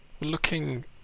looking